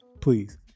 please